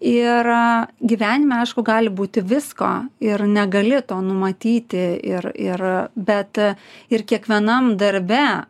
ir gyvenime aišku gali būti visko ir negali to numatyti ir ir bet ir kiekvienam darbe